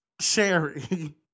Sherry